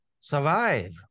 survive